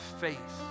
faith